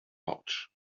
pouch